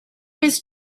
his